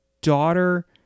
daughter